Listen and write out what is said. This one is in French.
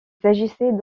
s’agissait